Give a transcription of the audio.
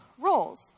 roles